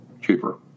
cheaper